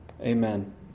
Amen